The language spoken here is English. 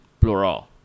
plural